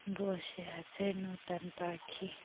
বসে আছে নতুন পাখি